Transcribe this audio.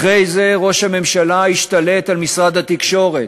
אחרי זה ראש הממשלה השתלט על משרד התקשורת,